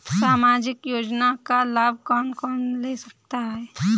सामाजिक योजना का लाभ कौन कौन ले सकता है?